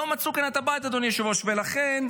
לכן,